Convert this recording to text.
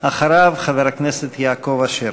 אחריו, חבר הכנסת יעקב אשר.